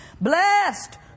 blessed